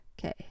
Okay